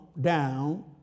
down